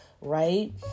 right